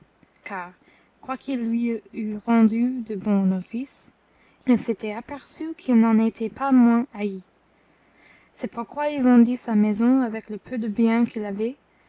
car quoiqu'il lui eût rendu de bons offices il s'était aperçu qu'il n'en était pas moins haï c'est pourquoi il vendit sa maison avec le peu de bien qu'il avait